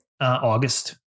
August